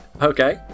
Okay